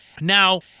Now